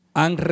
han